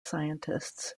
scientists